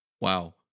Wow